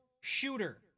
shooter